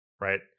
right